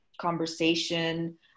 conversation